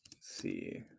See